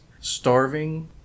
starving